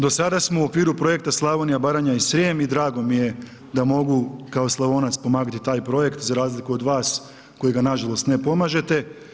Do sada smo u okviru projekta Slavonija, Baranja i Srijem i drago mi je da mogu kao Slavonac pomagati taj projekt, za razliku od vas, koji ga nažalost ne pomažete.